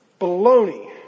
baloney